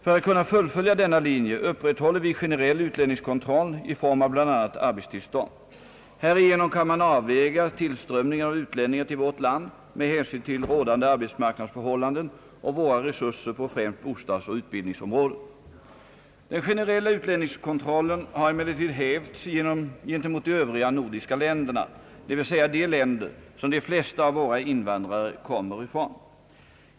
För att kunna fullfölja denna linje upprätthåller vi generell utlänningskontroll i form av bl.a. arbetstillstånd. Härigenom kan man avväga tillströmningen av utlänningar till vårt land med hänsyn till rådande <:arbetsmarknadsförhållanden och våra resurser på främst bostadsoch utbildningsområdet. Den generella utlänningskontrollen har emellertid hävts gentemot de övriga nordiska länderna, dvs. de länder som de flesta av våra invandrare kommer från.